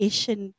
Asian